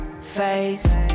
face